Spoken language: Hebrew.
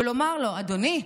ולומר לו: אדוני,